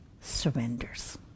surrenders